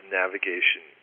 navigation